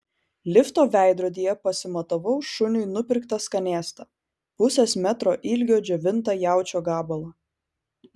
lifto veidrodyje pasimatavau šuniui nupirktą skanėstą pusės metro ilgio džiovintą jaučio gabalą